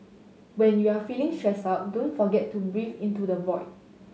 when you are feeling stressed out don't forget to breathe into the void